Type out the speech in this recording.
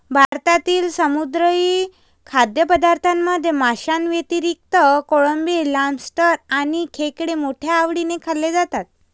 भारतातील समुद्री खाद्यपदार्थांमध्ये माशांव्यतिरिक्त कोळंबी, लॉबस्टर आणि खेकडे मोठ्या आवडीने खाल्ले जातात